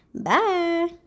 bye